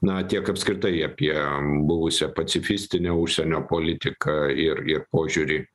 na tiek apskritai apie buvusią pacifistinę užsienio politiką ir ir požiūrį